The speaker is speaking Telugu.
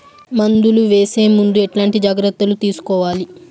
మందులు వేసే ముందు ఎట్లాంటి జాగ్రత్తలు తీసుకోవాలి?